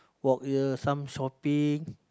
walk here some shopping